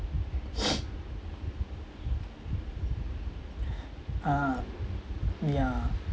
ah yeah